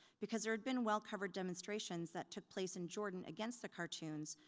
because there had been well-covered demonstrations that took place in jordan against the cartoons,